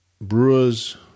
brewers